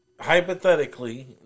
hypothetically